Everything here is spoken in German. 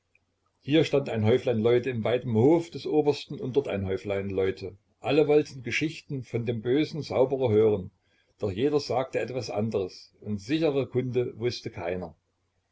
hier stand ein häuflein leute im weiten hof des obersten und dort ein häuflein leute alle wollten geschichten von dem bösen zauberer hören doch jeder sagte etwas anderes und sichere kunde wußte keiner